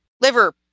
liver